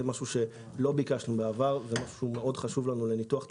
זה משהו שלא ביקשנו בעבר והוא חשוב מאוד לניתוח התחרותיות.